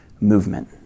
movement